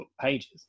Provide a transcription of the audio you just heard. pages